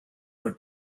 but